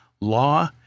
law